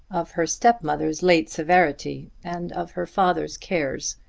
of her stepmother's late severity, and of her father's cares.